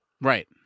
Right